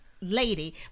lady